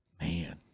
Man